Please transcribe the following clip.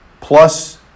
plus